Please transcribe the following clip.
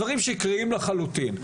דברים שקריים לחלוטין.